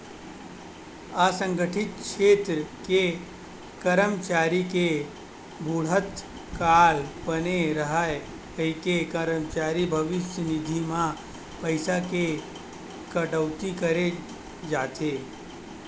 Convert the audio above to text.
असंगठित छेत्र के करमचारी के बुड़हत काल बने राहय कहिके करमचारी भविस्य निधि म पइसा के कटउती करे जाथे